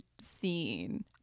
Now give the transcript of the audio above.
scene